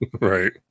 Right